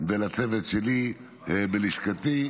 ולצוות שלי בלשכתי.